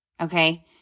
okay